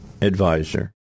Advisor